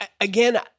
Again